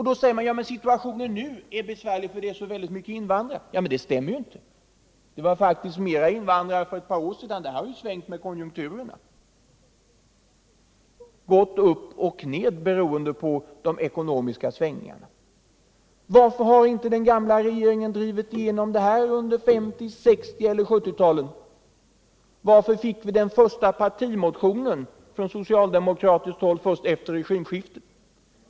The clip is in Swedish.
Då säger man: Ja, men situationen nu är besvärlig, för vi har så väldigt många invandrare. Detta stämmer inte. Det var faktiskt fler invandrare i Sverige för ett par år sedan. Antalet har gått upp och ned med konjunkturerna, beroende på de ekonomiska svängningarna. Varför drev inte den gamla regeringen igenom det här under 50-, 60 eller 70-talen? Varför fick vi den första partimotionen från socialdemokratiskt håll först efter regimskiftet?